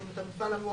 יש לנו את המפעל מועדף